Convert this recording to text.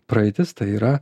praeitis tai yra